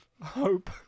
Hope